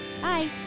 Bye